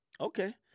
Okay